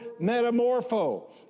metamorpho